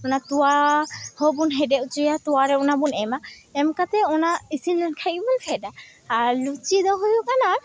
ᱚᱱᱟ ᱛᱚᱣᱟᱦᱚᱸ ᱵᱚᱱ ᱦᱮᱰᱮᱡ ᱦᱚᱪᱚᱭᱟ ᱛᱚᱣᱟᱨᱮ ᱚᱱᱟᱵᱚᱱ ᱮᱢᱟ ᱮᱢ ᱠᱟᱛᱮᱫ ᱚᱱᱟ ᱤᱥᱤᱱᱞᱮᱱ ᱠᱷᱟᱱᱜᱮᱵᱚᱱ ᱯᱷᱮᱰᱟ ᱟᱨ ᱞᱩᱪᱤᱫᱚ ᱦᱩᱭᱩᱜ ᱠᱟᱱᱟ